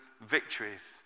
victories